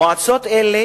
מועצות אלה